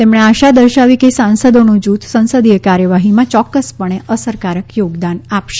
તેમણે આશા દર્શાવી કે સાંસદોનું જૂથ સંસદીય કાર્યવાહીમાં ચોક્કસપણે અસરકારક ચોગદાન આપશે